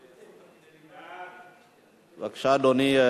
בבקשה, אדוני.